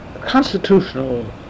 constitutional